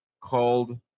called